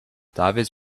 divers